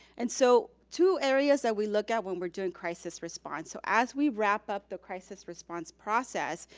and so two areas that we look at when we're doing crisis response. so as we wrap up the crisis response process,